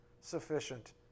sufficient